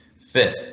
Fifth